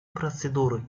процедуры